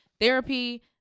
therapy